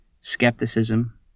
skepticism